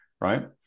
right